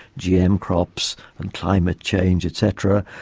gm crops and climate change et cetera,